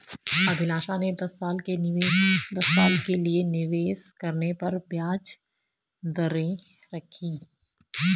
अभिलाषा ने दस साल के लिए निवेश करने पर ब्याज दरें देखी